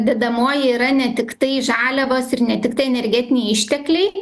dedamoji yra ne tiktai žaliavos ir ne tiktai energetiniai ištekliai